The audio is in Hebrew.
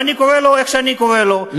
ואני קורא לו איך שאני קורא לו,